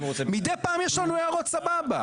מדי פעם יש לנו הערות סבבה.